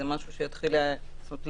זאת אומרת,